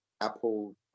apple